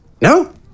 No